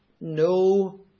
No